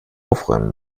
aufräumen